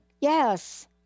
Yes